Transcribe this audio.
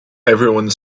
everyone